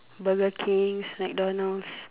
Burger King's McDonald's